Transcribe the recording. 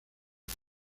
río